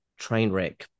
Trainwreck